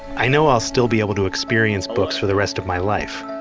i know i'll still be able to experience books for the rest of my life.